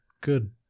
good